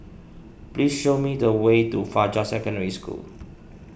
please show me the way to Fajar Secondary School